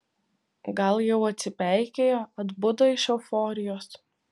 gal jau atsipeikėjo atbudo iš euforijos